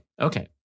Okay